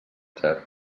cert